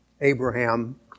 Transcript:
Abraham